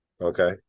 okay